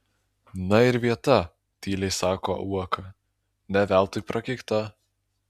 na ir vieta tyliai sako uoka ne veltui prakeikta